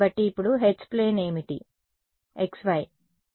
కాబట్టి ఇప్పుడు H plane ఏమిటి xy